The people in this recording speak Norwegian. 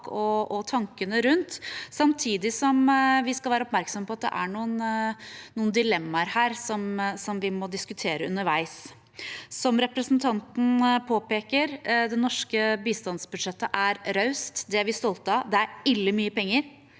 og tankene rundt, samtidig som vi skal være oppmerksomme på at det er noen dilemmaer her som vi må diskutere underveis. Som representanten påpeker, er det norske bistandsbudsjettet raust. Det er vi stolte av. Det er «ille mye penger»,